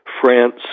France